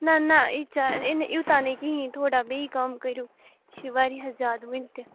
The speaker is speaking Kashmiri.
نَہ نَہ یوٗتاہ نہٕ کِہیٖنۍ تھوڑا بیٚیہِ کَم کٔرِو یہِ چھِ واریاہ زیادٕ وٕنۍ تہِ